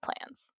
plans